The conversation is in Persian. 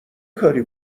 کاری